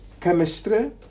chemistry